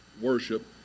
worship